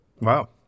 Wow